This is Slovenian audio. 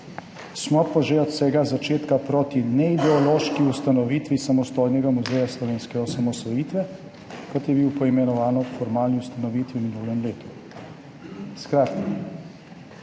Smo pa že od vsega začetka proti neideološki ustanovitvi samostojnega muzeja slovenske osamosvojitve, kot je bil poimenovan ob formalni ustanovitvi v minulem letu.« Skratka,